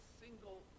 single